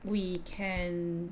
we can